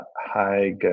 high